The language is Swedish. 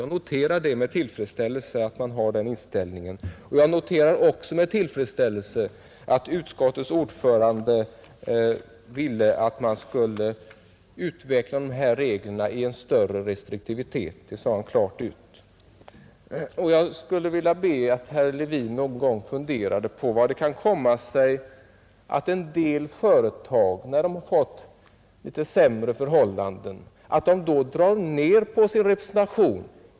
Jag noterar med tillfredsställelse att man har den inställningen, och jag noterar också med tillfredsställelse att utskottets ordförande ville att man skulle utveckla dessa regler i riktning mot större restriktivitet — det sade han klart ut. Jag skulle vilja be herr Levin att någon gång fundera på hur det kan komma sig att en del företag, när de fått litet sämre förhållanden, drar ned på sin representation.